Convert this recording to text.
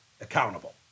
accountable